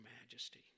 majesty